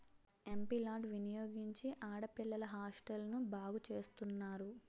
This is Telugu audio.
ఎంపీ లార్డ్ వినియోగించి ఆడపిల్లల హాస్టల్ను బాగు చేస్తున్నారు